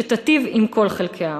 שתיטיב עם כל חלקי העם.